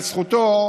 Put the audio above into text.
"לזכותו",